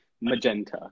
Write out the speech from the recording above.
magenta